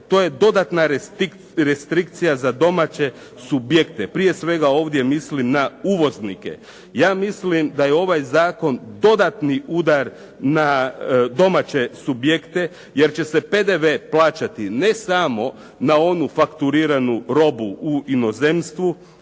to je dodatna restrikcija za domaće subjekte. Prije svega ovdje mislim na uvoznike. Ja mislim da je ovaj zakon dodatni udar na domaće subjekte jer će se PDV plaćati ne samo na onu fakturiranu robu u inozemstvu,